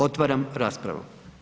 Otvaram raspravu.